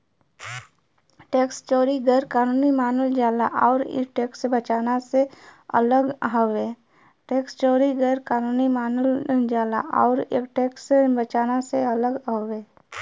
tax चोरी गैर कानूनी मानल जाला आउर इ टैक्स बचाना से अलग हउवे